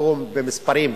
והוא במספרים,